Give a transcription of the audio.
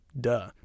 duh